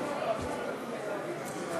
7898,